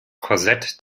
korsett